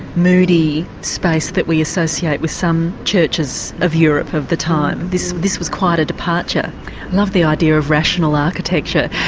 moody space that we associate with some churches of europe of the time, this this was quite a departure. i love the idea of rational architecture.